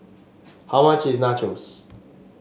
how much is Nachos